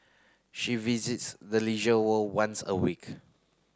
she visits the Leisure World once a week